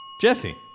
Jesse